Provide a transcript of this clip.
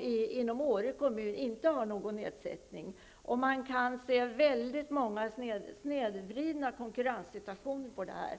inom Åre kommun inte har det. Man kan se väldigt många snedvridna konkurrenssituationer.